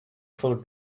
for